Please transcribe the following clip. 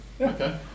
Okay